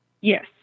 Yes